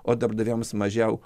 o darbdaviams mažiau